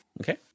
Okay